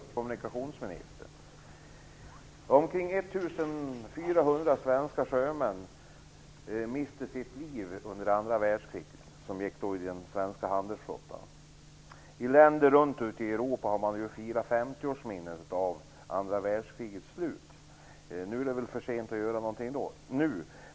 Fru talman! Jag har en fråga till kommunikationsministern. Omkring 1 400 sjömän i den svenska handelsflottan miste livet under andra världskriget. I flera länder i Europa har man firat 50-årsminnet av andra världskrigets slut. Nu är det väl för sent att göra något.